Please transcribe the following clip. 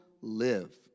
live